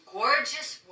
gorgeous